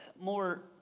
more